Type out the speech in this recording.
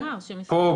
פה,